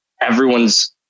everyone's